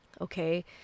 okay